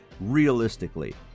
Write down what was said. Realistically